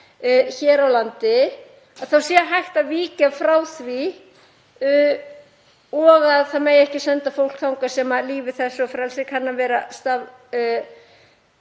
hér á landi, sé hægt að víkja frá því og að það megi ekki senda fólk þangað þar sem líf þess og frelsi kann að vera í